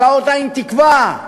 מכלאות האין-תקווה,